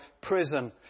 Prison